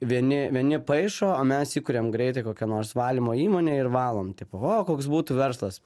vieni vieni paišo o mes įkuriam greitai kokią nors valymo įmonę ir valom tipo o koks būtų verslas